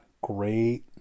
great